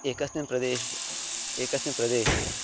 एकस्मिन् प्रदेशे एकस्मिन् प्रदेशे